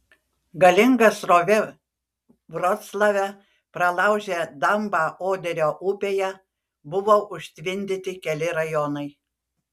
galinga srovė vroclave pralaužė dambą oderio upėje buvo užtvindyti keli rajonai